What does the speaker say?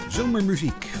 Zomermuziek